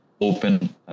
open